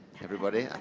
everybody. yeah